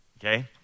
Okay